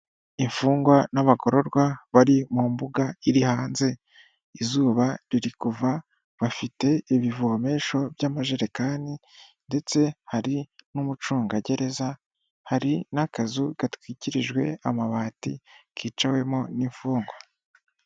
Imfungwa n'abagororwa bari mu mbuga iri hanze, izuba riri kuva bafite ibivomesho by'amajerekani ndetse hari n'umucungagereza hari n'akazu gatwikirijwe amabati kicawemo n'imfungwa.